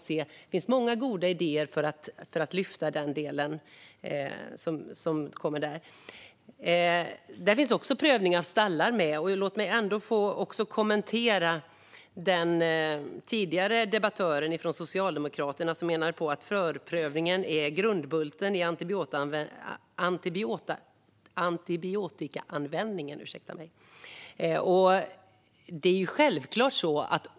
Där finns många goda idéer. Där finns också prövning av stallar med. Låt mig få kommentera det tidigare anförandet av debattören från Socialdemokraterna, som menade att förprövningen är grundbulten i antibiotikaanvändningen.